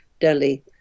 Delhi